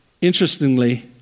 Interestingly